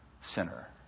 sinner